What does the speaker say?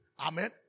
Amen